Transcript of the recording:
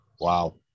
Wow